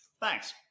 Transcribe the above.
Thanks